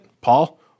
Paul